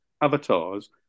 avatars